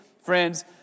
friends